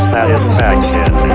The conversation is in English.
Satisfaction